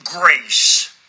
grace